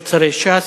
שלושת שרי ש"ס,